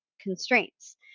constraints